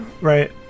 right